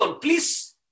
Please